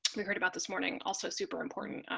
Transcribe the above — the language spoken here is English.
we heard about this morning also super important,